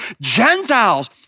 Gentiles